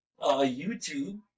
YouTube